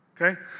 Okay